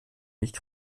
nicht